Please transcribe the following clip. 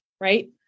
Right